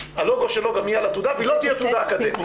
הלוגו שלו תהיה גם התעודה והיא לא תהיה תעודה אקדמית.